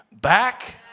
back